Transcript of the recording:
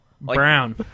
Brown